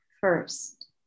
first